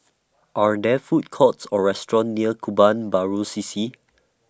Are There Food Courts Or restaurants near Kebun Baru C C